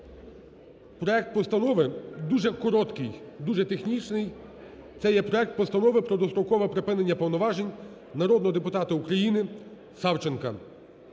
проект постанови дуже короткий, дуже технічний. Це є проект Постанови про дострокове припинення повноважень народного депутата України Савченка